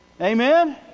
Amen